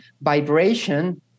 vibration